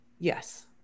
Yes